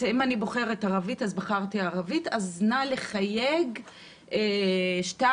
בחרתי בשפה הערבית: חייג 2